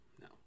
no